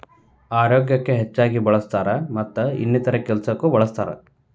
ಅಹಾರಕ್ಕ ಹೆಚ್ಚಾಗಿ ಬಳ್ಸತಾರ ಮತ್ತ ಇನ್ನಿತರೆ ಕೆಲಸಕ್ಕು ಬಳ್ಸತಾರ